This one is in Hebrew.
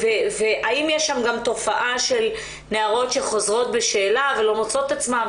והאם יש גם תופעה של נערות שחוזרות בשאלה ולא מוצאות את עצמן,